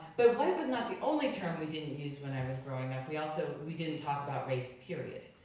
but white was not the only term we didn't use when i was growing up. we also, we didn't talk about race, period.